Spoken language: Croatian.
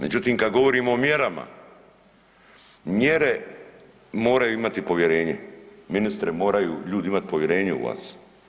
Međutim kad govorimo o mjerama, mjere moraju imati povjerenje, ministre moraju ljudi imati povjerenje u vas.